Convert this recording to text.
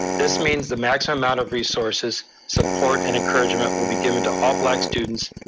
this means the maximum amount of resources, support, and encouragement will be given to all black students,